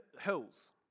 hills